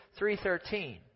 3.13